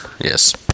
Yes